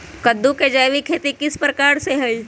कददु के जैविक खेती किस प्रकार से होई?